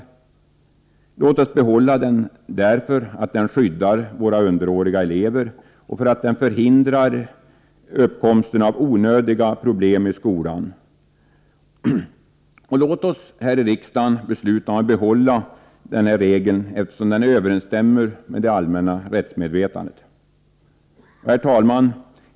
Låt oss behålla den därför att den skyddar våra underåriga elever och förhindrar uppkomsten av onödiga problem i skolan. Och låt oss här i riksdagen besluta att behålla regeln, eftersom den överensstämmer med det allmänna rättsmedvetandet. Herr talman!